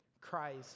christ